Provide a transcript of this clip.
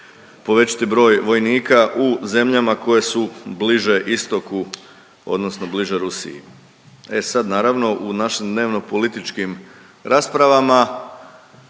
povećati broj vojnika u zemljama koje su bliže istoku odnosno bliže Rusiji. E sad naravno u našim dnevnopolitičkim raspravama